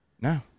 No